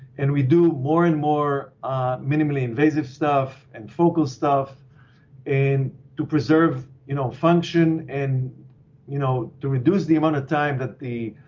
and we do more and more minimally invasive stuff and focal stuff and to preserve you know function, and you know to reduce the amount of time that the